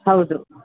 ಹೌದು